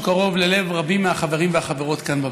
קרוב ללב רבים מהחברים והחברות כאן בבית,